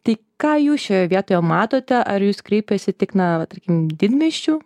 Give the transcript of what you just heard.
tai ką jūs šioje vietoje matote ar į jus kreipiasi tik na va tarkim didmiesčių